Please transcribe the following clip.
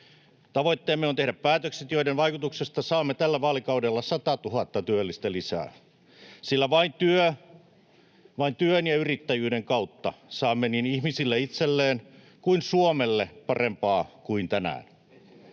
Tavoitteemme on tehdä päätökset, joiden vaikutuksesta saamme tällä vaalikaudella 100 000 työllistä lisää, [Aki Lindénin välihuuto] sillä vain työn ja yrittäjyyden kautta saamme niin ihmisille itselleen kuin Suomelle parempaa kuin tänään.